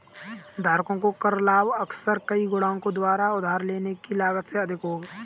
धारकों को कर लाभ अक्सर कई गुणकों द्वारा उधार लेने की लागत से अधिक होगा